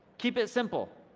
keep it simple